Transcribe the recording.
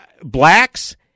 blacks